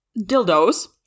dildos